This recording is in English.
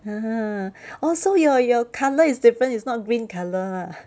ah orh so your your colour is different it's not green colour